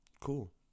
Cool